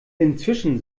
inzwischen